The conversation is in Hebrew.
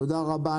תודה רבה.